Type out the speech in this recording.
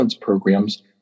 programs